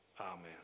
Amen